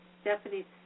Stephanie